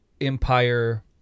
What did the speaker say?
Empire